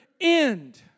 end